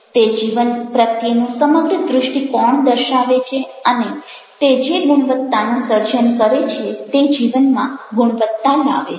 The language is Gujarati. તે જીવન પ્રત્યેનો સમગ્ર દૃષ્ટિકોણ દર્શાવે છે અને તે જે ગુણવત્તાનું સર્જન કરે છે તે જીવનમાં ગુણવત્તા લાવે છે